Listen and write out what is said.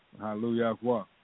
Hallelujah